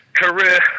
career